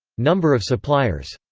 number of suppliers.